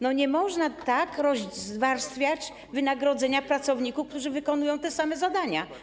Nie można tak rozwarstwiać wynagrodzenia pracowników, którzy wykonują te same zadania.